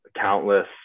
countless